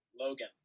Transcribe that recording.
Logan